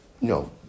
No